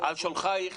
על שולחייך